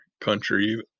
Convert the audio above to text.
country